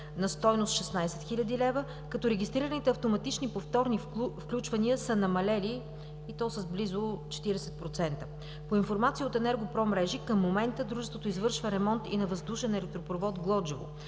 на стойност 16 хил. лв., като регистрираните автоматични повторни включвания са намалели, и то с близо 40%. По информация от „ЕНЕРГО-ПРО Мрежи“ към момента дружеството извършва ремонт и на въздушен електропровод Глоджево.